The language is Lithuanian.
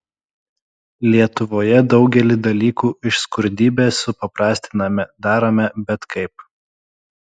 lietuvoje daugelį dalykų iš skurdybės supaprastiname darome bet kaip